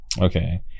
okay